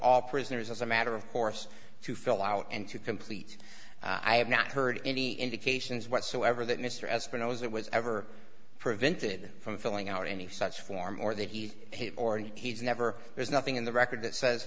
all prisoners as a matter of course to fill out and to complete i have not heard any indications whatsoever that mr as if it was it was ever prevented from filling out any such form or that he has already he's never there's nothing in the record that says